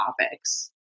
topics